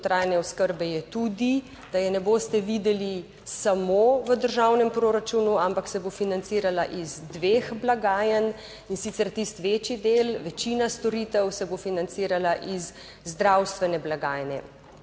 dolgotrajne oskrbe je tudi, da je ne boste videli samo v državnem proračunu, ampak se bo financirala iz dveh blagajn, in sicer tisti večji del, večina storitev se bo financirala iz zdravstvene blagajne